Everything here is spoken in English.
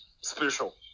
special